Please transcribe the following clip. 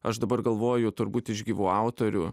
aš dabar galvoju turbūt iš gyvų autorių